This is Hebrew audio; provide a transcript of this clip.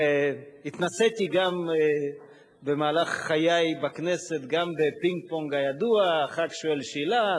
התנסיתי במהלך חיי בכנסת גם בפינג-פונג הידוע: חבר הכנסת שואל שאלה,